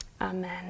amen